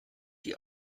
die